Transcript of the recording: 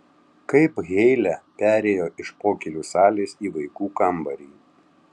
kaip heile perėjo iš pokylių salės į vaikų kambarį